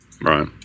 Right